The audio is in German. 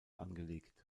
angelegt